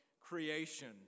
creation